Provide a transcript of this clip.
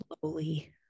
slowly